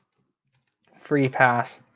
free pass.